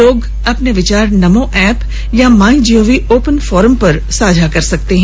लोग अपने विचार नमो एप या माईगोव ओपन फोरम पर साझा कर सकते हैं